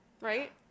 Right